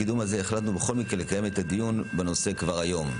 --- החלטנו בכל מקרה לקיים את הדיון בנושא כבר היום,